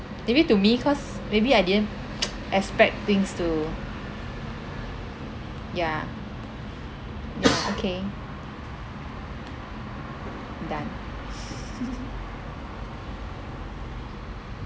maybe to me cause maybe I didn't expect things to ya ya okay done